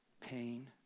pain